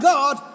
God